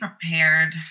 prepared